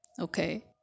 okay